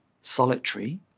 solitary